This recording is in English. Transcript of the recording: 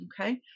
okay